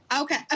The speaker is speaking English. Okay